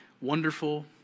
wonderful